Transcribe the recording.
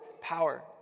power